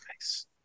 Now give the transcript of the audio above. Nice